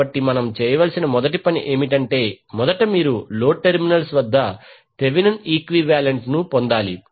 కాబట్టి మనం చేయవలసిన మొదటి పని ఏమిటంటే మొదట మీరు లోడ్ టెర్మినల్స్ వద్ద థెవెనిన్ ఈక్వివాలెంట్ ను పొందాలి